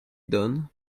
done